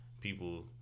people